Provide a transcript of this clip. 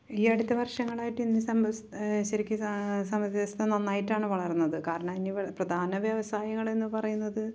ഈ അടുത്ത വർഷങ്ങളായിട്ട് ഇന്ത്യൻ സമ്പദ്സ് ശരിക്ക് സമ്പദ് വ്യവസ്ഥ നന്നായിട്ടാണ് വളർന്നത് കാരണം പ്രധാന വ്യവസായങ്ങള് എന്ന് പറയുന്നത്